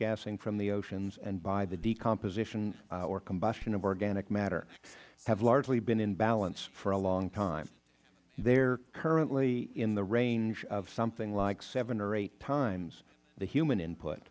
gassing from the oceans and by the decomposition or combustion of organic matter have largely been in balance for a long time they are currently in the range of something like seven or eight times the human input